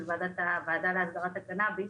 של הוועדה להסדרת הקנביס,